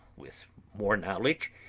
with more knowledge,